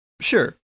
Sure